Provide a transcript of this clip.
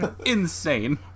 insane